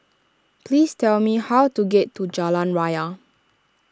please tell me how to get to Jalan Raya